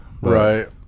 right